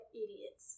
idiots